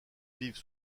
vivent